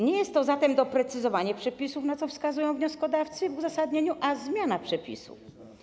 Nie jest to zatem doprecyzowanie przepisów, na co wskazują wnioskodawcy w uzasadnieniu, ale zmiana przepisów.